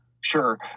sure